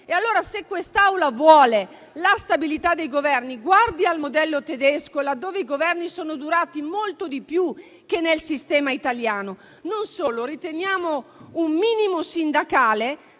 Governo. Se quest'Assemblea vuole la stabilità dei Governi, guardi al modello tedesco, che ha fatto sì che i Governi siano durati molto di più che nel sistema italiano. Non solo: riteniamo un minimo sindacale